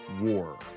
war